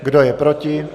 Kdo je proti?